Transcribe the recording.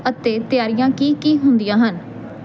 ਅਤੇ ਤਿਆਰੀਆਂ ਕੀ ਕੀ ਹੁੰਦੀਆਂ ਹਨ